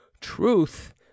truth